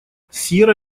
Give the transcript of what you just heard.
сьерра